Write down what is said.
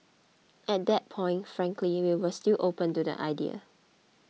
at that point frankly we were still open to the idea